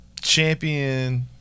champion